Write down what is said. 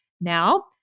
Now